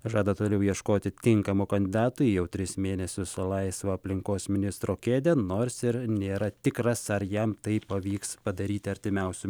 žada toliau ieškoti tinkamo kandidato į jau tris mėnesius laisvą aplinkos ministro kėdę nors ir nėra tikras ar jam tai pavyks padaryti artimiausiu